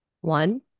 one